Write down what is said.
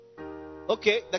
Okay